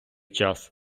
час